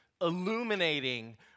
illuminating